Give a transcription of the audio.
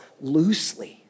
loosely